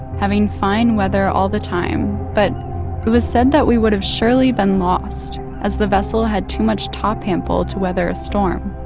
having fine weather all the time, but it was said that we would have surely been lost as the vessel had too much top hample to weather a storm.